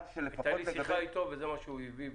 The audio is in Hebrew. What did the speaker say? הייתה לי שיחה איתו וזה מה שהוא הביע בפניי.